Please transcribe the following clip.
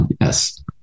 Yes